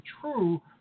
true